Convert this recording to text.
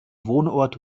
wohnort